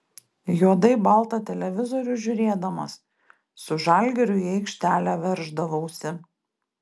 juodai baltą televizorių žiūrėdamas su žalgiriu į aikštelę verždavausi